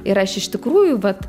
ir aš iš tikrųjų vat